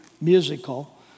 musical